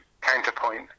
counterpoint